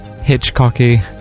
Hitchcocky